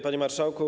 Panie Marszałku!